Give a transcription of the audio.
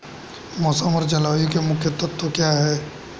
मौसम और जलवायु के मुख्य तत्व क्या हैं?